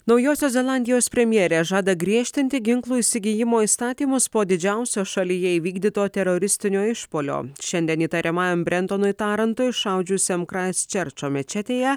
naujosios zelandijos premjerė žada griežtinti ginklų įsigijimo įstatymus po didžiausio šalyje įvykdyto teroristinio išpuolio šiandien įtariamajam brentonui tarantui šaudžiusiam kraisčerčo mečetėje